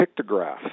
pictograph